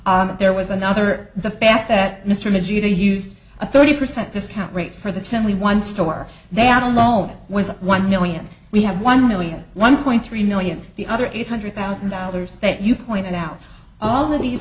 there was another the fact that mr mcgee they used a thirty percent discount rate for the tenley one store they out alone was one million we have one million one point three million the other eight hundred thousand dollars that you pointed out all of these